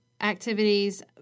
activities